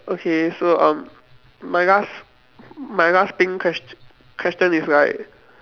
okay so um my last my last pink questio~ question is like